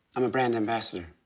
i'm a brand ambassador.